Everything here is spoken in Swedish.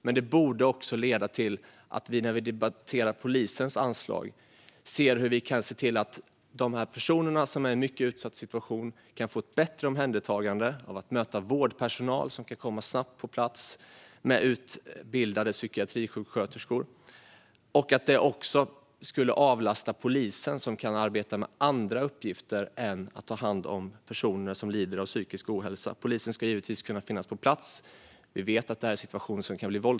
När vi nu debatterar polisens anslag borde vi också titta på hur vi kan se till att personer som är i en mycket utsatt situation kan få ett bättre omhändertagande genom att möta vårdpersonal, utbildade psykiatrisjuksköterskor, som snabbt kan komma till platsen. Då skulle polisen också avlastas och kunna arbeta med andra uppgifter än att ta hand om personer som lider av psykisk ohälsa. Polisen ska givetvis kunna finnas på plats; det kan bli våldsamma situationer.